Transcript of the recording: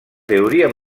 teoria